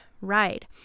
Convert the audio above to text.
ride